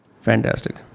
Fantastic